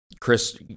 Chris